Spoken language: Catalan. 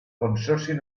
consorci